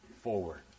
forward